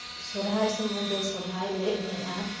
ᱥᱚᱨᱦᱟᱭ ᱥᱚᱢᱳᱭ ᱫᱚ ᱥᱚᱨᱦᱟᱭ ᱞᱮ ᱮᱱᱮᱡᱼᱟ